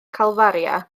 calfaria